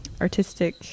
artistic